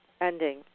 ending